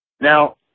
Now